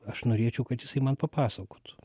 aš norėčiau kad jisai man papasakotų